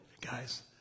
guys